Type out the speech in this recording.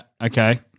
Okay